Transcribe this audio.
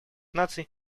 наций